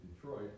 Detroit